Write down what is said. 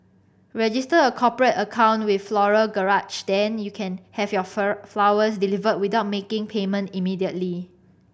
register a cooperate account with Floral Garage then you can have your fur flowers delivered without making payment immediately